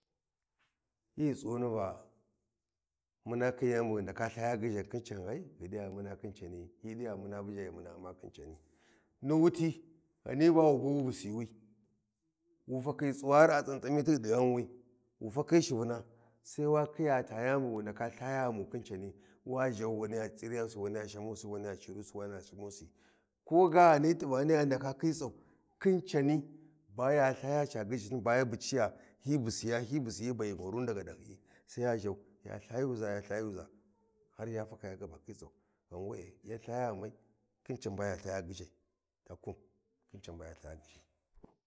Hyi tsighuni va muna khi yani bu ghi ndaka lthaya ghizhan khin can ghai ghi diya muna khin cani hyi di va mun buja ghi muna umma khin cani ni wuta Ghani bawu bhiwi wu busiw wu fakhi tsuwari a tsamtsamiti di ghan wi wu fakhi shivina sai wa khiya ta yani bu wu ndaka lthaya ghamu khin cani wa zha wani ya c’iriyusi waniya shamusi ko ga Ghani t’ivani ya ndaka khitsau khin cani baya lthaya ca ghizhisin ba hyi bayi gwaruni dahyi sai ya zhau ya lthayuza har yafaka ya ga ba khitsau ghan we’e yan ya lthaya ghamai khim can baya lthaya gyizha ta kum taba ya lthaya gyizhai.